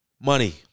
money